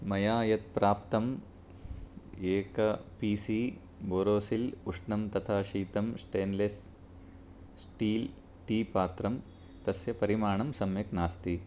मया यत् प्राप्तं एकं पी सी बोरोसिल् उष्णं तथा शीतं स्टेन्लेस् स्टील् टी पात्रं तस्य परिमाणं सम्यक् नास्ति